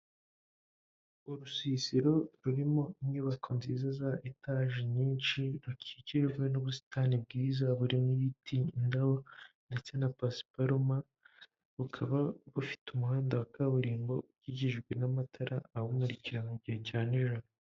Urusisiro rurimo inyubako nziza za etaje nyinshi, rukikijwe n'ubusitani bwiza, burimo ibiti, indabo ndetse na pasiparuma, bukaba bufite umuhanda wa kaburimbo, ukikijwe n'amatara awumurikira mu gihe cya nijoro.